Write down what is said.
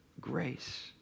grace